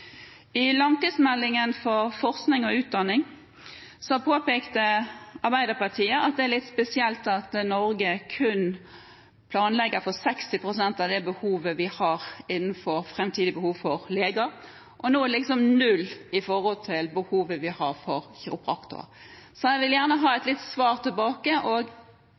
I langtidsmeldingen for forskning og utdanning påpekte Arbeiderpartiet at det er litt spesielt at Norge kun planlegger for 60 pst. av det framtidige behovet for leger, og nå er det liksom 0 pst. av behovet vi har for kiropraktorer. Jeg vil gjerne ha et svar tilbake,